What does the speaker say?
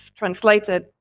translated